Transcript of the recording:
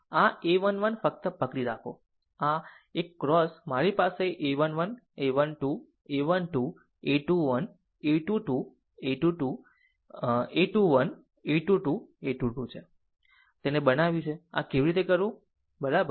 આ a 1 1 ફક્ત પકડી રાખો આ એક ક્રોસ મારી પાસે a 1 1 a 1 2 a 1 2 a 21 a 2 2 a 2 2 a 2 1 a 2 2 a 2 2 છે તેને બનાવ્યું આ કેવી રીતે કરવું બરાબર